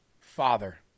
Father